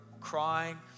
crying